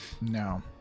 No